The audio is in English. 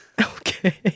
Okay